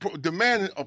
demanding